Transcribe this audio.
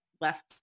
left